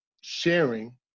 sharing